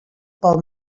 pel